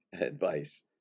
advice